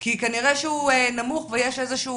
כי כנראה שהוא נמוך ויש איזה שהוא